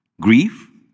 Grief